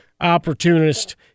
opportunist